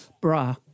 bra